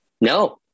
No